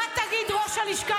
מה תגיד על ראש הלשכה?